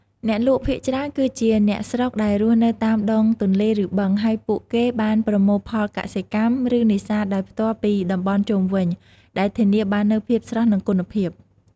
អ្នកលក់ភាគច្រើនគឺជាអ្នកស្រុកដែលរស់នៅតាមដងទន្លេ ឬបឹង ហើយពួកគេបានប្រមូលផលកសិកម្ម ឬនេសាទដោយផ្ទាល់ពីតំបន់ជុំវិញ ដែលធានាបាននូវភាពស្រស់ និងគុណភាព។